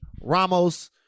Ramos